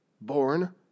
Born